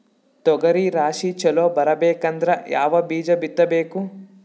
ತೊಗರಿ ರಾಶಿ ಚಲೋ ಬರಬೇಕಂದ್ರ ಯಾವ ಬೀಜ ಬಿತ್ತಬೇಕು?